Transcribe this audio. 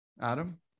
adam